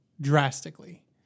drastically